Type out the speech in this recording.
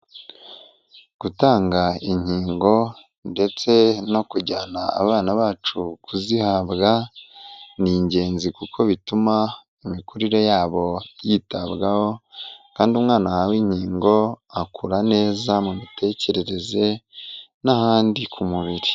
Gutanga inkingo ndetse no kujyana abana bacu kuzihabwa, ni ingenzi kuko bituma imikurire yabo yitabwaho kandi umwana ahawe inkingo akura neza mu mitekerereze n'ahandi ku mubiri.